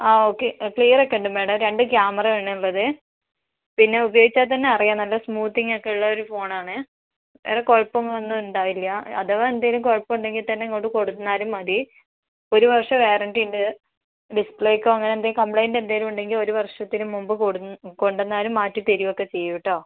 ആ okay clear ഒക്കെയുണ്ട് madam രണ്ട് ക്യാമറ ആണുള്ളത് പിന്നെ ഉപയോഗിച്ചാൽ തന്നെ അറിയാം നല്ല സ്മൂത്തിങ് ഒക്കെയുള്ളൊരു ഫോൺ ആണ് വേറെ കുഴപ്പങ്ങളൊന്നും ഉണ്ടാവില്ല അഥവാ എന്തെങ്കിലും കുഴപ്പം ഉണ്ടങ്കിൽ തന്നെ ഇങ്ങോട്ട് കൊടുന്നാലും മതി ഒരു വർഷം വാറൻറ്റി ഉണ്ട് ഡിസ്പ്ലേക്കോ അങ്ങനെന്തെ കംപ്ളേയ്ന്റ് എന്തെങ്കിലും ഉണ്ടെങ്കിൽ ഒരു വർഷത്തിന് മുൻപ് കൊട്ന്ന് കൊണ്ടുവന്നാലും മാറ്റി തരുകയൊക്കെ ചെയ്യും കേട്ടോ